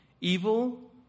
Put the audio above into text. Evil